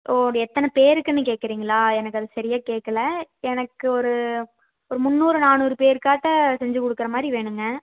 ஓ அது எத்தனை பேருக்குன்னு கேக்குறிங்களா எனக்கு அது சரியாக கேட்கல எனக்கு ஒரு ஒரு முந்நூறு நானூறு பேருக்காட்ட செஞ்சு கொடுக்குற மாதிரி வேணும்ங்க